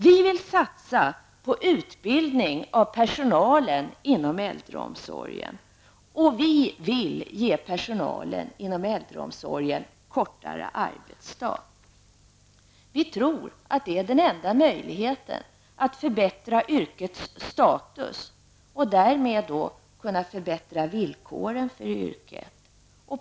Vi vill satsa på utbildning av personalen inom äldreomsorgen, och vi vill ge personalen inom äldreomsorgen kortare arbetsdag. Vi tror att det är den enda möjligheten att förbättra yrkets status och därmed förbättra villkoren för yrket.